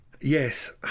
Yes